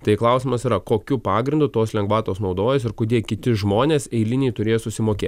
tai klausimas yra kokiu pagrindu tos lengvatos naudojasi ir kodėl kiti žmonės eiliniai turės susimokėt